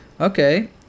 Okay